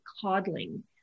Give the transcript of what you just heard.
coddling